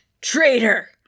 Traitor